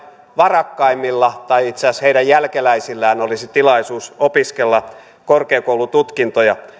varakkaimmilla tai itse asiassa heidän jälkeläisillään olisi tilaisuus opiskella korkeakoulututkintoja